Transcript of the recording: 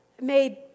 made